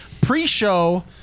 Pre-show